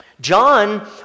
John